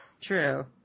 True